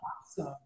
awesome